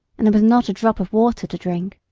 and there was not a drop of water to drink.